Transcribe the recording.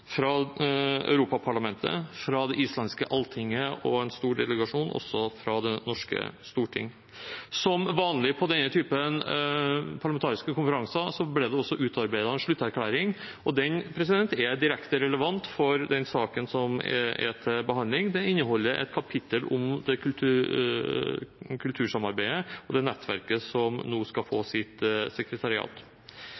fra den russiske statsdumaen, fra Europaparlamentet, fra det islandske alltinget og en stor delegasjon også fra det norske storting. Som vanlig for denne typen parlamentariske konferanser ble det utarbeidet en slutterklæring, og den er direkte relevant for den saken som er til behandling. Den inneholder et kapittel om kultursamarbeidet og det nettverket som nå skal få